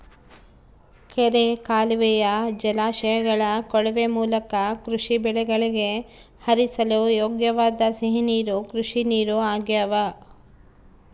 ಕೆರೆ ಕಾಲುವೆಯ ಜಲಾಶಯಗಳ ಕೊಳವೆ ಮೂಲಕ ಕೃಷಿ ಬೆಳೆಗಳಿಗೆ ಹರಿಸಲು ಯೋಗ್ಯವಾದ ಸಿಹಿ ನೀರು ಕೃಷಿನೀರು ಆಗ್ಯಾವ